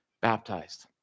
baptized